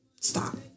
stop